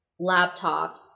laptops